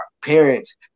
Parents